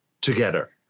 together